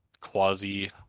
quasi-